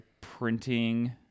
printing